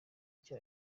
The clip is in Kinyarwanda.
icyo